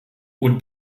und